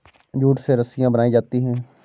jute से रस्सियां बनायीं जाती है